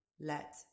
let